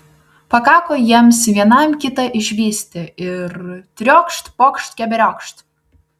pakako jiems vienam kitą išvysti ir triokšt pokšt keberiokšt